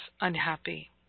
unhappy